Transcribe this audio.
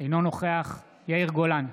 אינו נוכח יאיר גולן,